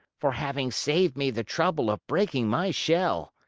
for having saved me the trouble of breaking my shell!